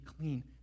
clean